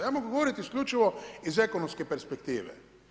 Ja mogu govoriti isključivo iz ekonomske perspektive.